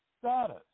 status